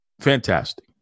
Fantastic